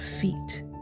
feet